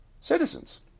citizens